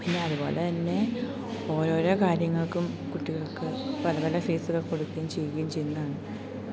പിന്നെ അതു പോലെ തന്നെ ഓരോരോ കാര്യങ്ങൾക്കും കുട്ടികൾക്ക് പല പല ഫീസുകൾ കൊടുക്കുകയും ചെയ്യുകയും ചെയ്യുന്നതാണ്